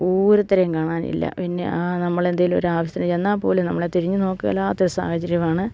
ഒരുത്തരേയും കാണാനില്ല പിന്നെ ആ നമ്മളെന്തേലും ഒരു ആവശ്യത്തിന് ചെന്നാൽ പോലും നമ്മളെ തിരിഞ്ഞ് നോക്കുകയില്ലാത്തൊരു സാഹചര്യമാണ്